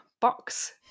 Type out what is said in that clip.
box